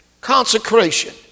Consecration